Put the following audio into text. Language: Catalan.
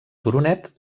turonet